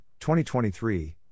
2023